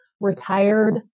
retired